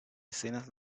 escenas